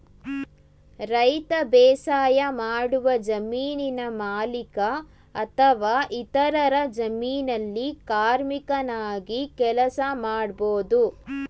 ರೈತ ಬೇಸಾಯಮಾಡುವ ಜಮೀನಿನ ಮಾಲೀಕ ಅಥವಾ ಇತರರ ಜಮೀನಲ್ಲಿ ಕಾರ್ಮಿಕನಾಗಿ ಕೆಲಸ ಮಾಡ್ಬೋದು